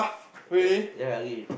ya ya okay